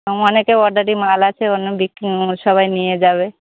অনেকে অর্ডারই মাল আছে অন্য বিক্রি সবাই নিয়ে যাবে